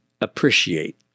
appreciate